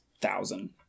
thousand